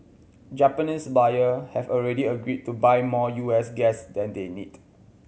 Japanese buyer have already agreed to buy more U S gas than they need